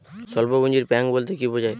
স্বল্প পুঁজির ব্যাঙ্ক বলতে কি বোঝায়?